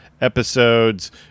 episodes